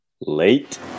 Late